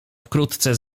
wkrótce